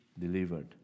delivered